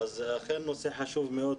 הנושא הוא חשוב מאוד.